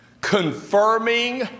confirming